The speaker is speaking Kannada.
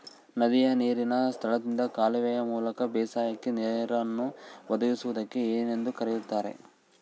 ನದಿಯ ನೇರಿನ ಸ್ಥಳದಿಂದ ಕಾಲುವೆಯ ಮೂಲಕ ಬೇಸಾಯಕ್ಕೆ ನೇರನ್ನು ಒದಗಿಸುವುದಕ್ಕೆ ಏನೆಂದು ಕರೆಯುತ್ತಾರೆ?